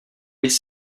mais